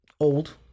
old